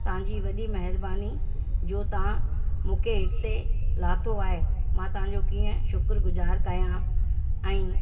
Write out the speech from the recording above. तव्हांजी वॾी महिरबानी जो तव्हां मूंखे हिते लाथो आहे मां तव्हांजो कीअं शुक्रगुजार कया ऐं